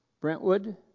Brentwood